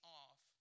off